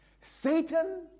Satan